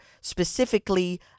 specifically